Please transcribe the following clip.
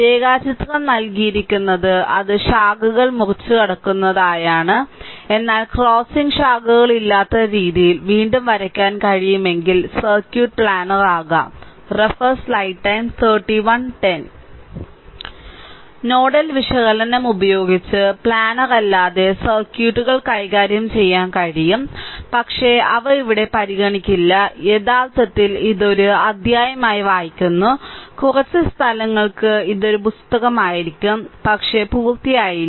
രേഖാചിത്രം നൽകിയിരിക്കുന്നത് അത് ശാഖകൾ മുറിച്ചുകടക്കുന്നതാണ് എന്നാൽ ക്രോസിംഗ് ശാഖകളില്ലാത്ത രീതിയിൽ വീണ്ടും വരയ്ക്കാൻ കഴിയുമെങ്കിൽ സർക്യൂട്ട് പ്ലാനർ ആകാം നോഡൽ വിശകലനം ഉപയോഗിച്ച് പ്ലാനർ അല്ലാത്ത സർക്യൂട്ടുകൾ കൈകാര്യം ചെയ്യാൻ കഴിയും പക്ഷേ അവ ഇവിടെ പരിഗണിക്കില്ല യഥാർത്ഥത്തിൽ ഇത് ഒരു അധ്യായമായി വായിക്കുന്നു കുറച്ച് സ്ഥലങ്ങൾക്ക് ഇത് ഒരു പുസ്തകമായിരിക്കും പക്ഷേ പൂർത്തിയായില്ല